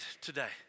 today